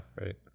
right